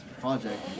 project